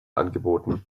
angeboten